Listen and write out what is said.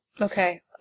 Okay